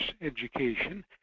education